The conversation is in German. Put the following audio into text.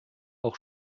auch